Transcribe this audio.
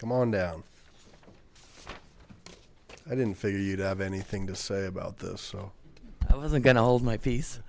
come on down i didn't figure you to have anything to say about this so i wasn't gonna hold my peace